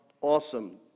awesome